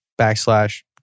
backslash